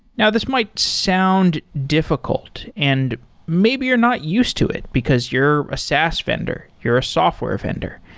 now this might sound difficult and maybe you're not used to it, because you're a saas vendor, you're a software vendor.